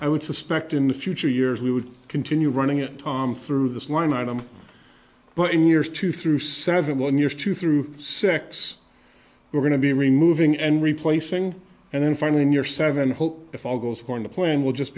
i would suspect in the future years we would continue running it tom through this line item but in years two through seven one years two through six we're going to be removing and replacing and then finally in your seven hole if all goes according to plan will just